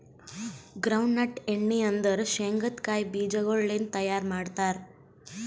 ground nut ಎಣ್ಣಿ ಅಂದುರ್ ಶೇಂಗದ್ ಕಾಯಿ ಬೀಜಗೊಳ್ ಲಿಂತ್ ತೈಯಾರ್ ಮಾಡ್ತಾರ್